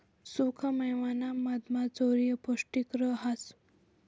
सुखा मेवाना मधमा चारोयी पौष्टिक रहास